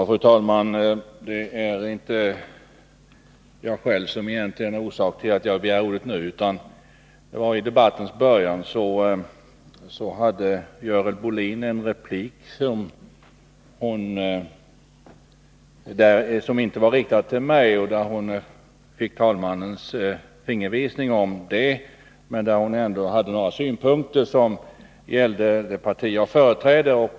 Fru talman! Det är egentligen inte jag själv som är orsak till att jag nu har begärt ordet. I debattens början hade Görel Bohlin efter mitt anförande en replik, som inte var riktad till mig. Hon fick också talmannens fingervisning om detta. Görel Bohlin framförde emellertid trots detta synpunkter, som gällde det parti som jag företräder.